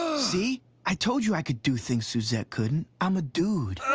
see, i told you i could do things susette couldn't, i'm a dude.